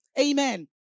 amen